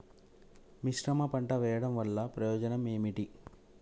మిశ్రమ పంట వెయ్యడం వల్ల ప్రయోజనం ఏమిటి?